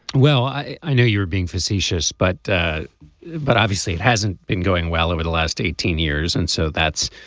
well i i know you're being facetious but but obviously it hasn't been going well over the last eighteen years and so that's